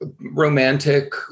romantic